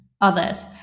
others